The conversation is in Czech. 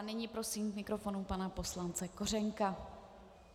Nyní prosím k mikrofonu pana poslance Kořenka.